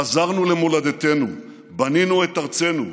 חזרנו למולדתנו, בנינו את ארצנו,